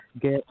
get